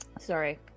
Sorry